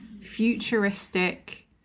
futuristic